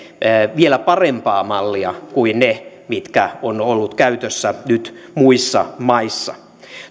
vielä parempaa mallia kuin ne mitkä ovat olleet käytössä nyt muissa maissa